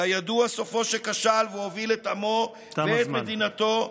כידוע, סופו שכשל והוביל את עמו ואת מדינתו,